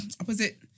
opposite